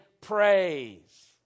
praise